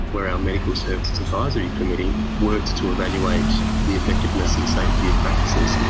where our medical services advisory committee works to evaluate the effectiveness and safety of practices.